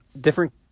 different